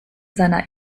seiner